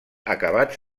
acabats